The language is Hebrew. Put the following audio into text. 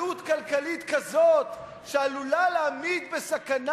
עלות כלכלית כזאת שעלולה להעמיד בסכנה